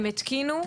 הם התקינו,